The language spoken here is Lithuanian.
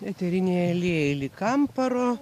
eteriniai aliejai lyg kamparo